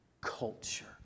culture